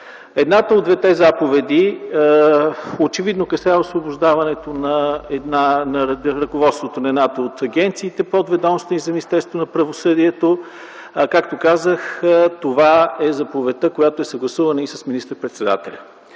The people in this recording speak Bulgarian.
Едната от двете заповеди очевидно касае освобождаването на ръководството на едната от агенциите, подведомствени на Министерството на правосъдието. Както казах, това е заповедта, която е съгласувана и с министър-председателя.